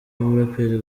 y’umuraperi